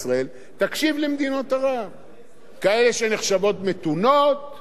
כאלה שנחשבות מתונות וכאלה שנחשבות פחות מתונות,